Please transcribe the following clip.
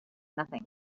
nothing